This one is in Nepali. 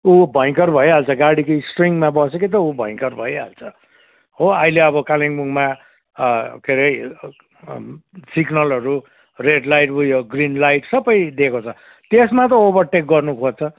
ऊ भयङ्कर भइहाल्छ गाडीको स्टेयरिङ बस्यो कि त ऊ भयङ्कर भइहाल्छ हो अहिले अब कालिम्पोङमा के अरे सिग्नलहरू रेड लाइट उयो ग्रिन लाइट सबै दिएको छ त्यसमा त ओभरटेक गर्नुखोज्छ